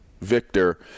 Victor